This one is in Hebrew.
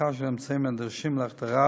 אספקה של האמצעים הנדרשים להחדרה